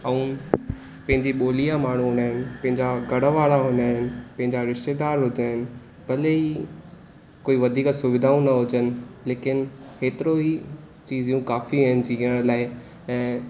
ऐं पंहिंजी ॿोलीअ जा माण्हू हूंदा आहिनि पंहिंजा घर वारा हूंदा आहिनि पंहिंजा रिश्तेदार हूंदा आहिनि भले ई कोई वधीक सुविधाऊं न हुजनि लेकिनि एतिरो ई चीजयूं काक़ी आहिनि जीअण लाइ ऐं